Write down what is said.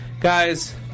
guys